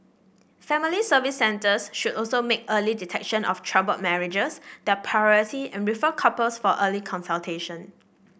Family Service Centres should also make early detection of troubled marriages their priority and refer couples for early